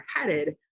headed